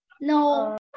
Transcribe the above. No